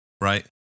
Right